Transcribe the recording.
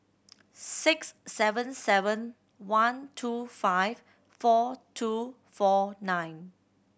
six seven seven one two five four two four nine